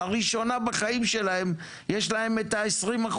לראשונה בחיים שלהם יש להם את ה-20%,